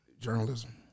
Journalism